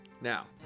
Now